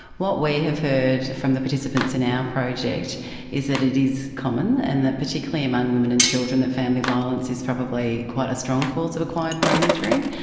what we have heard from the participants in our project is that it is common and that, particularly among women and children, that family violence is probably quite a strong cause of acquired brain injury.